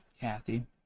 Kathy